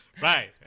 Right